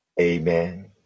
Amen